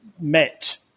met